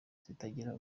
zitagira